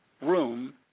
room